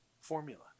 formula